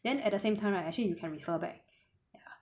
then at the same time right actually you can refer back ya